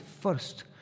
first